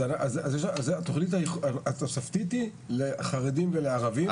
אז התכנית התוספתית היא לחרדים וערבים.